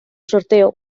sorteo